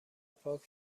پاک